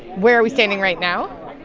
where are we standing right now?